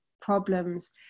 problems